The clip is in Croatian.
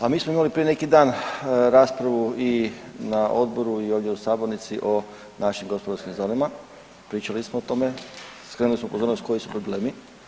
Pa mi smo imali prije neki dan raspravu i na Odboru i ovdje u sabornici o našim gospodarskim zonama, pričali smo o tome, skrenuli smo pozornost koji su problemi.